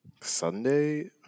Sunday